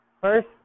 First